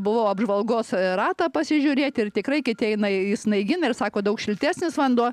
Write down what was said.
buvau apžvalgos ratą pasižiūrėti ir tikrai kiti eina į snaigyną ir sako daug šiltesnis vanduo